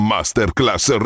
Masterclass